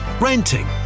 renting